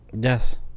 yes